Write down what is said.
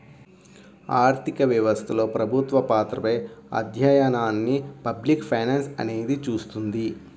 ఆర్థిక వ్యవస్థలో ప్రభుత్వ పాత్రపై అధ్యయనాన్ని పబ్లిక్ ఫైనాన్స్ అనేది చూస్తుంది